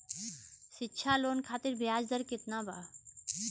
शिक्षा लोन खातिर ब्याज दर केतना बा?